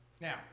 Now